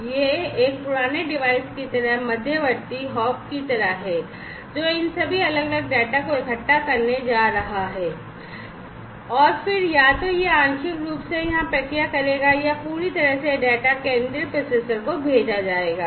और यह एक पुराने डिवाइस की तरह एक मध्यवर्ती hop की तरह है जो इन सभी अलग अलग डेटा को इकट्ठा करने जा रहा है और फिर या तो यह आंशिक रूप से यहां प्रक्रिया करेगा या पूरी तरह से यह डेटा केंद्रीय प्रोसेसर को भेजा जाएगा